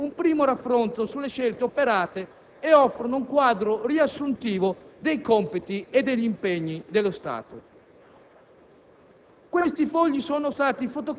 dello Stato, che rendono più semplice un primo raffronto sulle scelte operate e offrono un quadro riassuntivo dei compiti e degli impegni dello Stato.